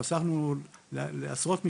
חסכנו לעשרות משפחות.